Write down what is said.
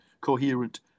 coherent